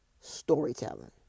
storytelling